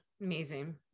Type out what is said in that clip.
Amazing